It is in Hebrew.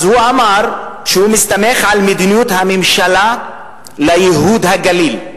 הוא אמר שהוא מסתמך על מדיניות הממשלה לייהוד הגליל,